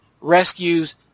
rescues